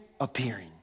appearing